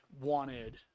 wanted